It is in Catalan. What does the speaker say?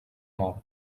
mort